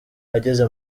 ageze